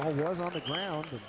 was on the ground